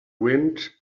wind